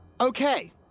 Okay